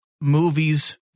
movies